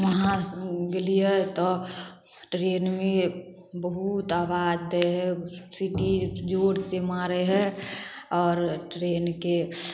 वहाँ गेलिए तऽ ट्रेनमे बहुत आबाज दै हइ सीटी जोर से मारै हइ आओर ट्रेनके